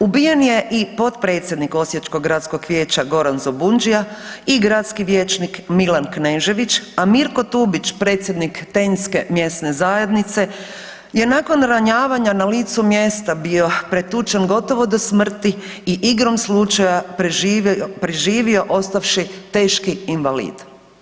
Ubijen je i potpredsjednik osječkog gradskog vijeća Goran Zobundžija i gradski vijećnik Milan Knežević, a Mirko Tubić predsjednik tenske mjesne zajednice je nakon ranjavanja na licu mjesta bio pretučen gotovo do smrti i igrom slučaja preživio ostavši teški invalid.